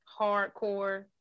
hardcore